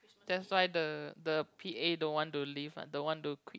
that's why the the P_A don't want to leave lah don't want to quit